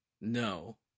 No